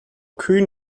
kühn